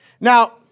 Now